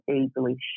easily